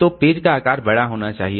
तो पेज का आकार बड़ा होना चाहिए